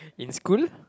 in school